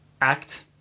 act